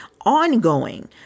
ongoing